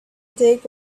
dig